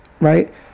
right